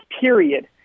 period